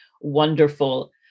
wonderful